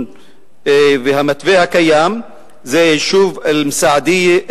והמתווה הקיים זה היישובים: אל-מסאעדיה,